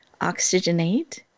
oxygenate